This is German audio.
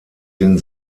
den